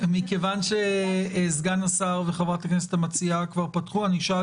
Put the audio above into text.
מכיוון שסגן השר וחברת הכנסת המציעה כבר פתחו אני אשאל